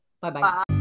Bye-bye